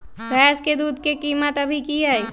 भैंस के दूध के कीमत अभी की हई?